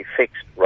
fixed